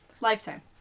lifetime